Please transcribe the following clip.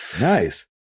Nice